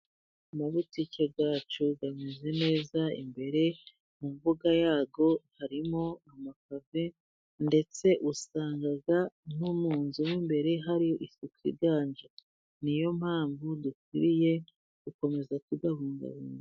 Mu mabutike yacu ameze neza. Imbere mu mbuga yazo harimo amapave, ndetse usanga nko mu nzu y'imbere hari isuku iganje. Niyo mpamvu dukwiriye gukomeza kuyabungabunga.